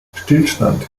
stillstand